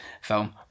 film